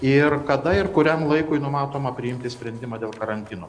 ir kada ir kuriam laikui numatoma priimti sprendimą dėl karantino